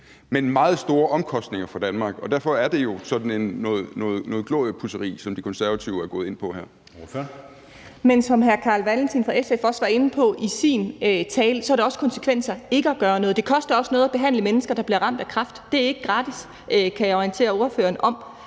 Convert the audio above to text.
med meget store omkostninger for Danmark. Og derfor er det jo sådan noget gloriepudseri, som De Konservative er gået ind på her. Kl. 14:12 Anden næstformand (Jeppe Søe): Ordføreren. Kl. 14:12 Mette Abildgaard (KF): Men som hr. Carl Valentin fra SF også var inde på i sin tale, har det også konsekvenser ikke at gøre noget. Det koster også noget at behandle mennesker, der bliver ramt af kræft. Det er ikke gratis, kan jeg orientere ordføreren om;